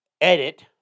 edit